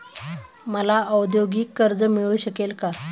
मला औद्योगिक कर्ज मिळू शकेल का?